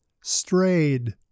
Strayed